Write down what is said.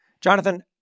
Jonathan